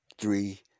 three